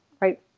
right